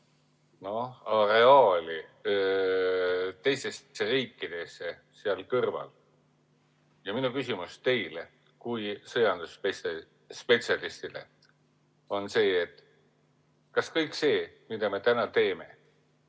oma areaali teistesse riikidesse seal kõrval. Minu küsimus teile kui sõjandusspetsialistile on see: kas kõik see, mida me täna teeme,